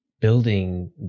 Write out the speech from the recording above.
building